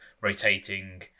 rotating